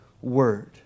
Word